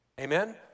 Amen